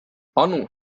anu